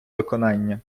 виконання